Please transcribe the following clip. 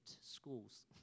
schools